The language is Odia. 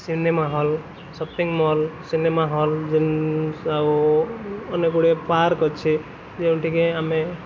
cinema hall shopping mall cinema hall ଯେଉଁ ଆଉ ଅନେକ ଗୁଡ଼ିଏ ପାର୍କ ଅଛି ଯେଉଁଠିକି ଆମେ